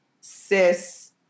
cis